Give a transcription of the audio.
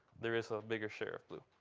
there is a bigger share of blue.